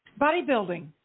Bodybuilding